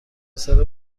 پسر